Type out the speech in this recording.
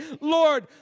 Lord